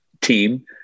team